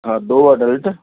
ਹਾਂ ਦੋ ਅਡਲਟ